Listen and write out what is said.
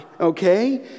okay